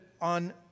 on